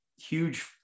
huge